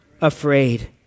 Afraid